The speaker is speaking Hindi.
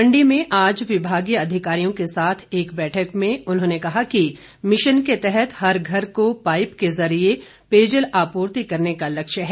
मंडी में आज विभागीय अधिकारियों के साथ एक बैठक में उन्होंने कहा कि मिशन के तहत हर घर को पाईप के जरिए पेयजल आपूर्ति करने का लक्ष्य है